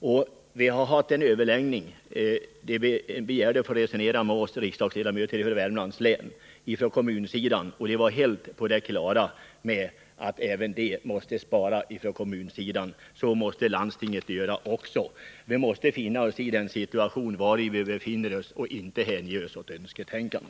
Från kommunsidan begärde man att få resonera med oss riksdagsmän från Värmlands län. Man var helt på det klara med att man på kommunsidan måste spara. Så måste landstinget göra också. Vi måste finna oss i den situation som vi befinner oss i och inte hänge oss åt önsketänkande.